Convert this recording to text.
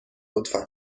لطفا